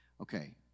Okay